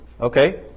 Okay